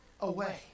away